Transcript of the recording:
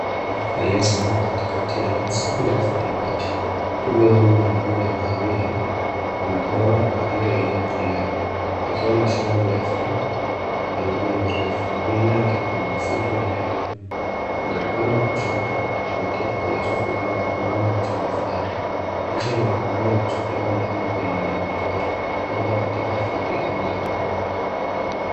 Twiga aliyesimama katikati ya nyasi ndefu na miti. Twiga huyu ana rangi ya kahawia na madoa ya kahawia iliyokolea akiwa na shingo ndefu na miguu mirefu. Nyuma yake kuna misitu minene na kwa upande wa kushoto kuna kitu kinachofanana na kibanda au chombo fulani. Picha inaonekana imechukuliwa mahali penye wanyama pori, labda katika hifadhi ya wanyama.